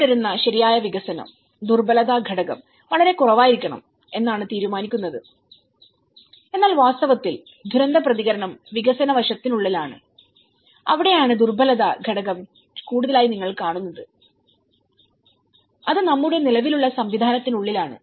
പിന്തുടരുന്ന ശരിയായ വികസനം ദുർബലത ഘടകം വളരെ കുറവായിരിക്കണം എന്നാണ് തീരുമാനിക്കുന്നത് എന്നാൽ വാസ്തവത്തിൽ ദുരന്ത പ്രതികരണം വികസന വശത്തിനുള്ളിലാണ് അവിടെയാണ് ദുർബലത ഘടകം കൂടുതലായി നിങ്ങൾ കാണുന്നത് അത് നമ്മുടെ നിലവിലുള്ള സംവിധാനത്തിനുള്ളിലാണ്